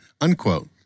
unquote